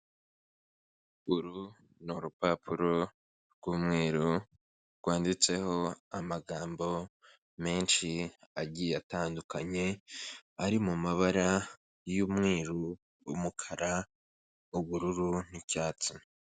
Uru ni urupapuro rwuumweru rwanditseho amagambo menshi agiye atandukanye, ari mabara y'umweru, umukara, ubururu n'icyatsi.